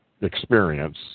experience